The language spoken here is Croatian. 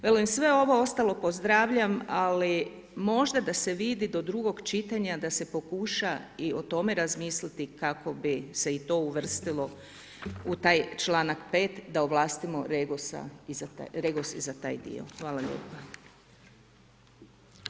Velim sve ovo ostalo pozdravljam, ali možda da se vidi do drugog čitanja da se pokuša i o tome razmisliti kako bi se i to uvrstilo u taj članak 5. da ovlastimo REGOS i za taj dio.